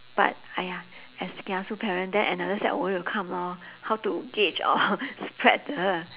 but !aiya! as kiasu parent then another set of worry will come lor how to gauge or spread the